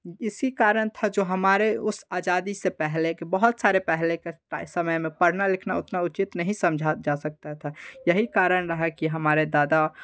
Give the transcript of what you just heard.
इसी कारण था जो हमारे उस आजादी से पहले के बहुत सारे पहले के समय में पढ़ना लिखना उतना उचित नहीं समझा जा सकता था यही कारण रहा कि हमारे दादा